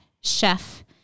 chef